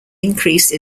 increase